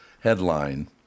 headline